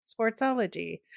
Sportsology